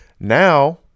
Now